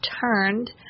turned